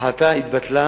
ההחלטה התבטלה.